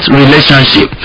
relationship